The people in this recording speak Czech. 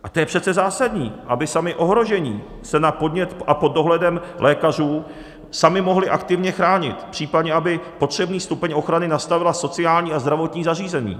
A to je přece zásadní, aby se sami ohrožení na podnět a pod dohledem lékařů mohli aktivně chránit, případně aby potřebný stupeň ochrany nastavila sociální a zdravotní zařízení.